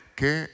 que